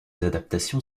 adaptations